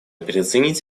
переоценить